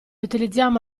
utilizziamo